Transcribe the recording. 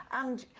and